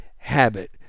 Habit